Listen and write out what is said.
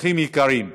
אורחים יקרים,